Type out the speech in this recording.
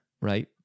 right